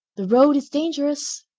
the road is dangerous.